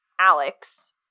Alex